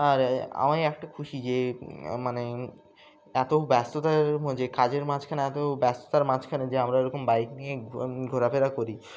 আর আমায় একটা খুশি যে মানে এতো ব্যস্ততার যে কাজের মাঝখানে এতো ব্যস্ততার মাঝখানে যে আমরা এরকম বাইক নিয়ে ঘোরাফেরা করি